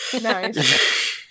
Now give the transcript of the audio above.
Nice